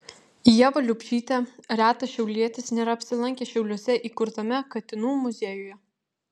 ieva liubšytė retas šiaulietis nėra apsilankęs šiauliuose įkurtame katinų muziejuje